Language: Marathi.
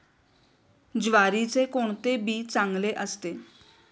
ज्वारीचे कोणते बी चांगले असते?